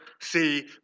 see